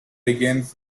begins